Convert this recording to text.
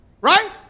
Right